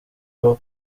aho